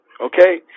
okay